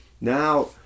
now